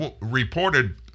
reported